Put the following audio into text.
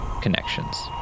connections